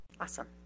awesome